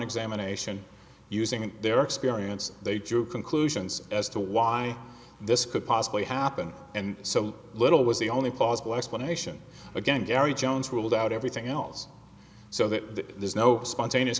examination using their experience they drew conclusions as to why this could possibly happen and so little was the only plausible explanation again gary jones ruled out everything else so that there's no spontaneous